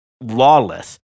lawless